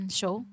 show